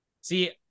See